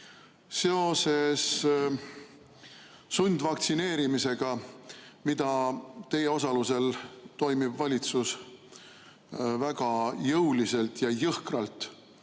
seoses sundvaktsineerimisega, mida teie osalusel toimiv valitsus väga jõuliselt ja jõhkralt,